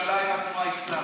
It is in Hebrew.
ממשלה עם התנועה האסלאמית,